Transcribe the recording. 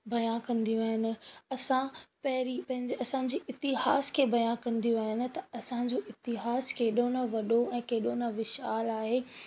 बया कंदियूं आहिनि असां पहिरीं पंहिंजे असांजी इतिहास खे बया कंदियूं आहिनि त असांजो इतिहासु केॾो न वॾो ऐं केॾो न विशाल आहे